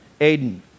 Aiden